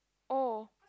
oh